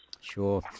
Sure